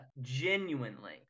genuinely